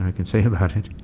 can say about it.